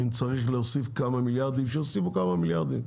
אם צריך להוסיף כמה מיליארדים שיוסיפו כמה מיליארדים.